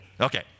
Okay